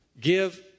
give